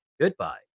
Goodbye